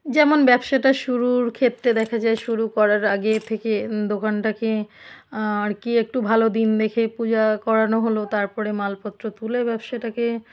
যেমন ব্যবসাটা শুরুর ক্ষেত্রে দেখা যায় শুরু করার আগে থেকে দোকানটাকে আর কি একটু ভালো দিন দেখে পূজা করানো হল তারপরে মালপত্র তুলে ব্যবসাটাকে